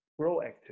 proactive